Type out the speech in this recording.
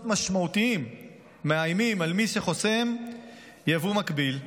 משמעותיים מאיימים על מי שחוסם יבוא מקביל.